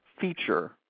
feature